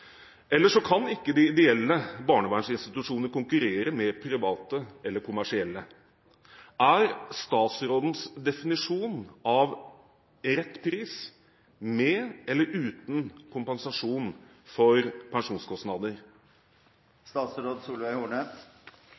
kan ikke de ideelle barneverninstitusjonene konkurrere med de private eller kommersielle. Er statsrådens definisjon av rett pris med eller uten kompensasjon for pensjonskostnader?